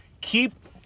keep